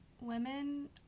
women